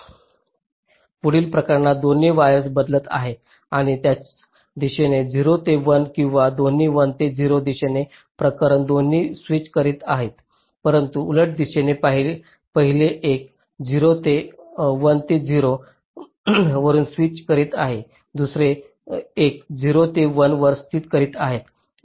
पुढील प्रकरणात दोन्ही वायर्स बदलत आहेत आणि त्याच दिशेने 0 ते 1 किंवा दोन्ही 1 ते 0 तिसरे प्रकरण दोन्ही स्विच करीत आहेत परंतु उलट दिशेने पहिले एक 1 ते 0 वरून स्विच करीत आहे दुसरे एक 0 ते 1 वर स्विच करीत आहे